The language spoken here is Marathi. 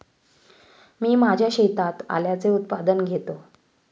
मी माझ्या शेतात आल्याचे उत्पादन घेतो